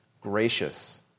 gracious